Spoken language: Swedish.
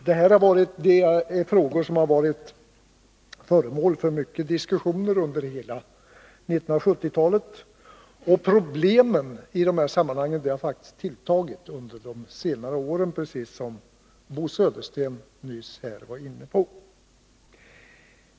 Detta är frågor som varit föremål för många diskussioner under hela 1970-talet, och problemen har faktiskt tilltagit under de senare åren, precis som Bo Södersten nyss var inne på.